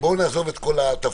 בואו נעזוב את כל התפאורה.